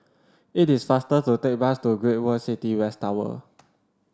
it is faster to take a bus to Great World City West Tower